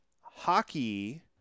hockey